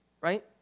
right